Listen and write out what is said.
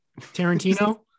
Tarantino